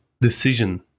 decision